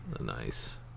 Nice